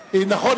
נכון,